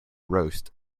roast